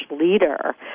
leader